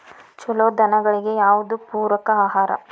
ಛಲೋ ದನಗಳಿಗೆ ಯಾವ್ದು ಪೂರಕ ಆಹಾರ?